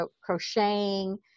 crocheting